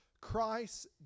Christ